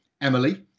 Emily